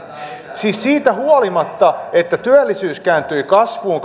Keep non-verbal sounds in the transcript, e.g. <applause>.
siis siitä huolimatta että työllisyys kääntyi kasvuun <unintelligible>